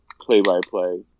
play-by-play